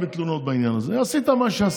אני עושה בכוונה, כי זה המצב.